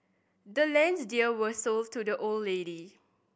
the land's deed was sold to the old lady